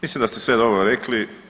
Mislim da ste sve dobro rekli.